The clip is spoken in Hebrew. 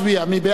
מי נגד?